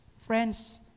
Friends